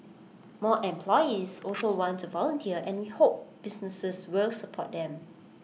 more employees also want to volunteer and we hope businesses will support them